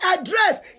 address